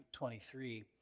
23